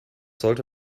sollte